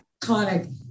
iconic